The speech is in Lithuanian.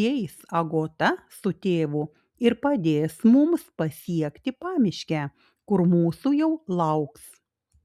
įeis agota su tėvu ir padės mums pasiekti pamiškę kur mūsų jau lauks